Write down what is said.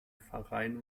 pfarreien